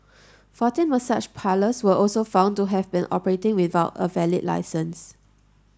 fourteen massage parlours were also found to have been operating without a valid licence